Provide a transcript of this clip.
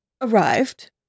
arrived